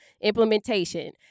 implementation